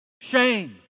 Shame